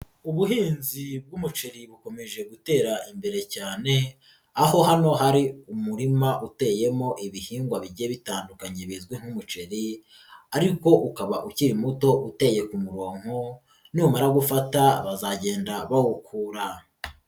Ubuhinzi bw'umuceri bukomeje gutera imbere cyane, aho hano hari umurima uteyemo ibihingwa bigiye bitandukanye bizwi nk'umuceri ariko ukaba ukiri muto, uteye ku muronko numara gufata bazagenda bawukura.